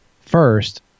first